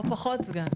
או פחות סגן.